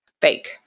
fake